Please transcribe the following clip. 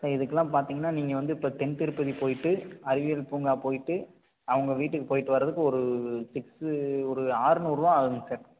sir இதுக்கெலாம் பார்த்தீங்கன்னா நீங்கள் வந்து இப்போ தென்திருப்பதி போயிட்டு அறிவியல் பூங்கா போயிட்டு அவங்கள் வீட்டுக்கு போயிட்டு வர்றதுக்கு ஒரு சிக்ஸ்ஸு ஒரு ஆறுநூறுவா ஆகுங்க சார்